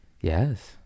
Yes